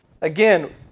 again